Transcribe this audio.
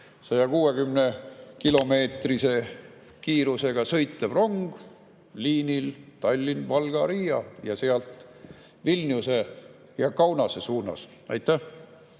160-kilomeetrise kiirusega sõitev rong liinil Tallinn–Valga–Riia ja sealt Vilniuse ja Kaunase suunas. Aitäh!